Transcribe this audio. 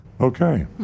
Okay